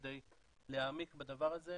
כדי להעמיק בדבר הזה.